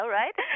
right